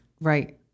Right